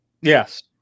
Yes